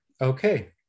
okay